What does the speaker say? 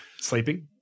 sleeping